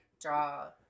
draw